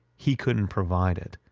he couldn't provide it.